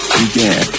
began